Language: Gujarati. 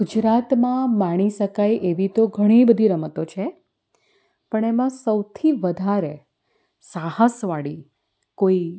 ગુજરાતમાં માણી શકાય એવી તો ઘણી બધી રમતો છે પણ એમાં સૌથી વધારે સાહસવાળી કોઈ